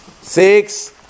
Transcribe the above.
Six